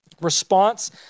Response